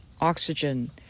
oxygen